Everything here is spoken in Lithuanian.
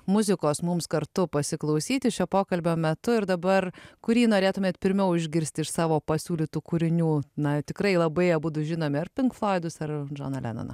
muzikos mums kartu pasiklausyti šio pokalbio metu ir dabar kurį norėtumėt pirmiau išgirsti iš savo pasiūlytų kūrinių na tikrai labai abudu žinomi ar pink floidus ar džoną lenoną